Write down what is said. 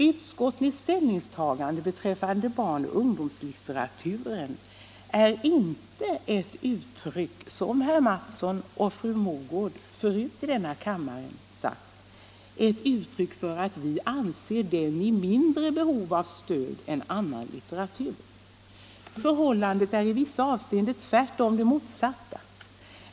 Utskottets ställningstagande beträffande barnoch ungdomslitteraturen är inte, som herr Mattsson i Lane-Herrestad och fru Mogård förut har sagt, ett uttryck för att vi anser den i mindre behov av stöd än annan litteratur. Förhållandet är i vissa avseenden det motsatta.